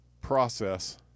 process